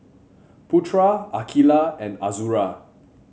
Putra Aqilah and Azura